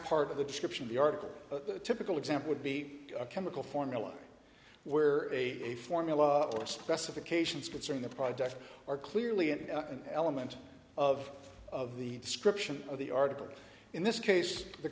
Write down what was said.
part of the description the article a typical example would be a chemical formula where a a formula or specifications concerning a project are clearly an element of of the description of the article in this case the